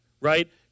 right